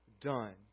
done